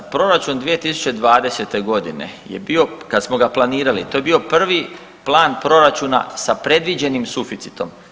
Proračun 2020. godine je bio kada smo ga planirali to je bio prvi plan proračuna sa predviđenim suficitom.